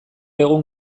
egun